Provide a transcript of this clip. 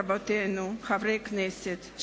חברי הכנסת,